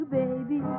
baby